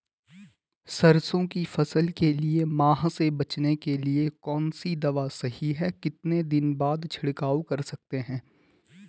सरसों की फसल के लिए माह से बचने के लिए कौन सी दवा सही है कितने दिन बाद छिड़काव कर सकते हैं?